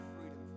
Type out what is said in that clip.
freedom